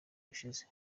gushize